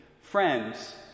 friends